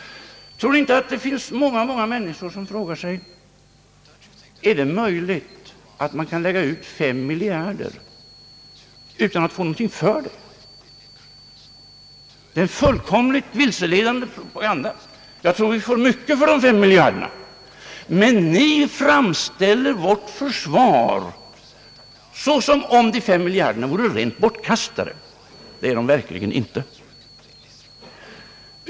Tror ni inte att det finns många människor som frågar sig: Är det möjligt att man kan lägga ut fem miljarder utan att få någonting för det? Det är fullkomligt vilseledande. Jag tror att vi får mycket för de fem miljarderna. Men ni framställer vårt försvar såsom om de fem miljarderna vore rent bortkastade. Det är de verkligen inte.